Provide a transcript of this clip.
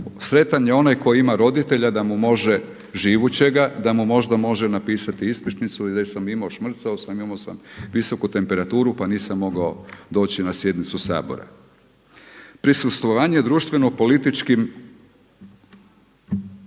sretan je onaj tko ima roditelja da mu može, živućega, da mu možda može napisati ispričnicu, gdje sam imao, šmrcao sam, imao sam visoku temperaturu pa nisam mogao doći na sjednicu Sabora. Prisustvovanje društveno političkim,